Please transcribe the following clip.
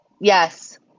Yes